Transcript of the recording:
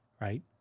right